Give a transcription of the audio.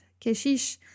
Keshish